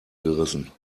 gerissen